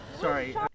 Sorry